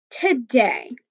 today